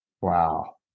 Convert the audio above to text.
Wow